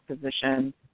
position